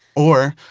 or,